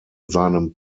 seinem